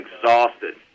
exhausted